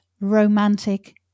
romantic